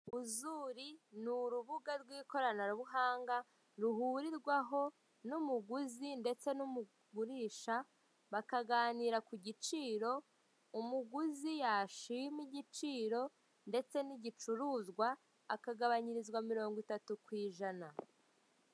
Uzuri ni urubuga rw'ikoranabuhanga ruhurirwaho n'umuguzi ndetse n'umugurisha bakaganira ku giciro umuguzi yashima igiciro ndetse n'igicuruzwa akagabanyirizwa mirongo itatu ku ijana.